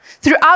Throughout